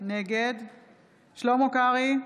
נגד שלמה קרעי,